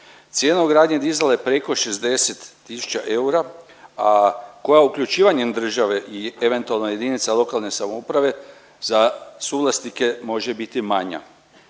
Cijena ugradnje dizala je preko 60 tisuća eura, a koja uključivanjem države i eventualno jedinicu lokalne samouprave za suvlasnike može biti manja.